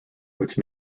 which